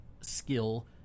skill